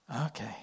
Okay